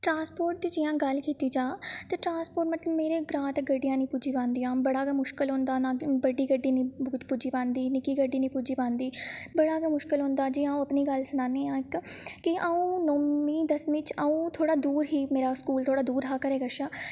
transport दी जियां गल्ल कीती जा ते ट्रांसपोर्ट मतलब मेरे ग्रांऽ ते गड्डियां निं पुज्जी पांदियां बड़ा गै मुश्कल होंदा नां बड्डी गड्डी निं पुज्जी पांदी निक्की गड्डी निं पुज्जी पांदी बड़ा गै मुश्कल होंदा जियां अ'ऊं अपनी गल्ल सनानी आं इक कि अ'ऊं नौंमी दसमीं च अ'ऊं थोह्ड़ा दूर ही मेरा स्कूल थोह्ड़ा दूर घरै कशा